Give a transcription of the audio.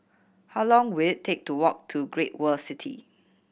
how long will it take to walk to Great World City